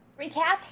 Recap